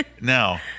now